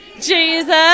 Jesus